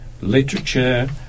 literature